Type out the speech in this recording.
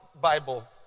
Bible